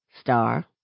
Star